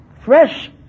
fresh